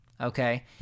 Okay